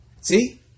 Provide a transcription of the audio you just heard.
See